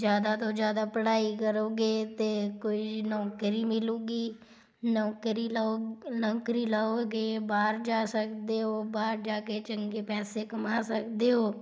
ਜ਼ਿਆਦਾ ਤੋਂ ਜ਼ਿਆਦਾ ਪੜਾਈ ਕਰੋਗੇ ਤਾਂ ਕੋਈ ਨੌਕਰੀ ਮਿਲੂਗੀ ਨੌਕਰੀ ਲਓ ਨੌਕਰੀ ਲਓਗੇ ਬਾਹਰ ਜਾ ਸਕਦੇ ਹੋ ਬਾਹਰ ਜਾ ਕੇ ਚੰਗੇ ਪੈਸੇ ਕਮਾ ਸਕਦੇ ਹੋ